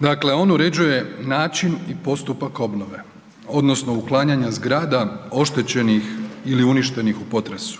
dakle on uređuje način i postupak obnove odnosno uklanjanje zgrada oštećenih ili uništenih u potresu,